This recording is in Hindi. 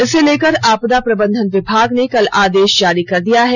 इसे लेकर आपदा प्रबंधन विभाग ने कल आदेश जारी कर दिया है